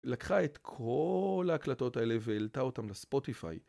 לקחה את כל ההקלטות האלה והעלתה אותן לספוטיפיי